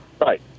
Right